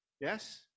yes